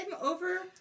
over